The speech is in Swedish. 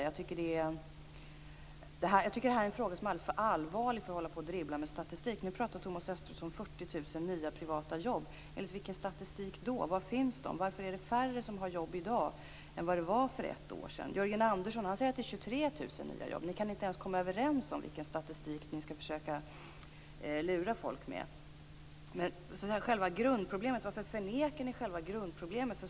Jag tycker att det här är en fråga som är alldeles för allvarlig för att man skall hålla på och dribbla med statistik. Nu pratar Thomas Östros om 40 000 nya privata jobb. Enligt vilken statistik då, var finns de? Varför är det färre som har jobb i dag än det var för ett år sedan? Jörgen Andersson säger att det är 23 000 nya jobb. Ni kan inte ens komma överens om vilken statistik ni skall försöka lura folk med. Varför förnekar ni själva grundproblemet?